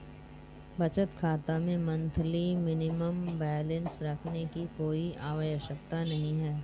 बचत खाता में मंथली मिनिमम बैलेंस रखने की कोई आवश्यकता नहीं है